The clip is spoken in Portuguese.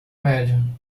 médio